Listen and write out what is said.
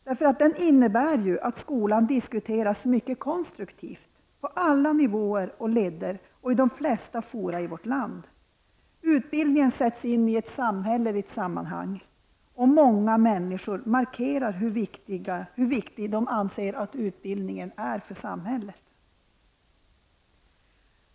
Den innebär att skolan diskuteras mycket konstruktivt på alla nivåer och ledder och i de flesta fora i vårt land. Utbildningen sätts in i ett samhälleligt sammanhang, och många människor markerar hur viktig de anser att utbildningen är för samhället.